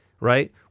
right